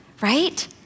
right